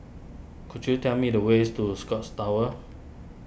could you tell me the ways to Scotts Tower